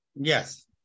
Yes